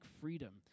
freedom